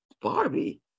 Barbie